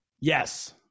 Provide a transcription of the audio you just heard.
Yes